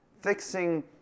fixing